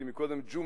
כי קודם ג'ומס